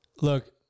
Look